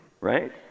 Right